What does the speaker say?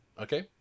Okay